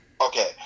Okay